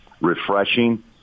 refreshing